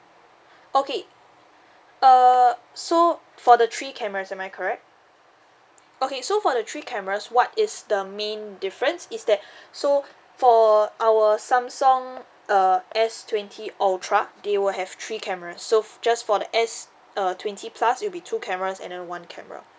okay err so for the three cameras am I correct okay so for the three cameras what is the main difference is that so for our samsung uh S twenty ultra they will have three camera so for just for the s uh twenty plus it'll be two cameras and then one camera